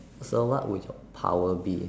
so what would your power be